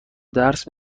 درس